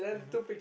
mmhmm